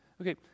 Okay